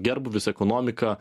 gerbūvis ekonomika